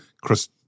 Chris